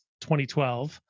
2012